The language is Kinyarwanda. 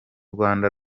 rwanda